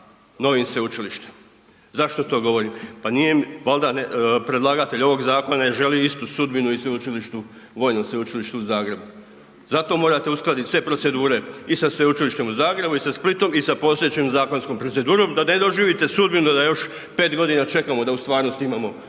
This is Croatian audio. novim sveučilištem. Zašto to govorim? Pa nije im, valda predlagatelj ovog zakona ne želi istu sudbinu i sveučilištu, Vojnom sveučilištu u Zagrebu? Zato morate uskladit sve procedure i sa Sveučilištem u Zagrebu i sa Splitom i sa postojećom zakonskom procedurom da ne doživite sudbinu da još 5.g. čekamo da u stvarnosti imamo